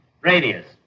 Radius